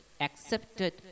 accepted